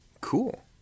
Cool